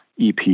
EP